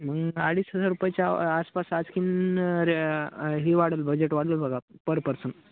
मग अडीच हजार रुपयाच्या आसपास आणखीन र ही वाढंल बजेट वाढंल बघा पर पर्सन